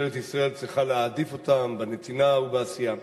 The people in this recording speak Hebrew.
שממשלת ישראל צריכה להעדיף אותם בנתינה ובעשייה.